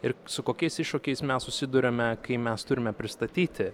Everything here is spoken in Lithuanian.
ir su kokiais iššūkiais mes susiduriame kai mes turime pristatyti